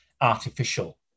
artificial